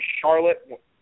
Charlotte